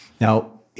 Now